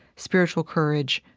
spiritual courage,